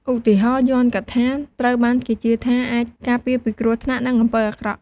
ឧទាហរណ៍ យ័ន្តកថា ត្រូវបានគេជឿថាអាចការពារពីគ្រោះថ្នាក់ និងអំពើអាក្រក់។